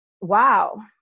wow